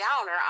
Downer